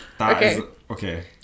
Okay